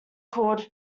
called